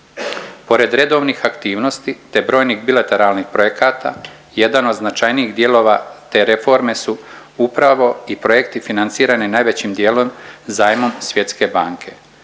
Pored redovnih aktivnosti, te brojnih bilateralnih projekata jedan od značajnijih dijelova te reforme su upravo i projekti financirani najvećim dijelom zajmom Svjetske banke.